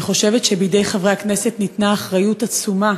אני חושבת שבידי חברי הכנסת ניתנה אחריות עצומה